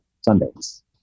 Sundays